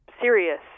serious